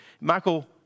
Michael